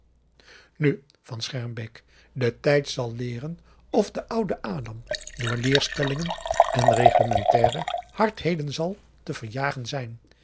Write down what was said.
nu van schermbeek de tijd zal leeren of de oude adam p a daum de van der lindens c s onder ps maurits door leerstellingen en reglementaire hardheden zal te verjagen zijn